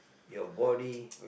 your body